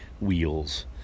wheels